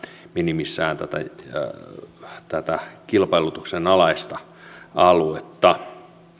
minimissään tätä kilpailutuksen alaista aluetta